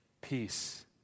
Peace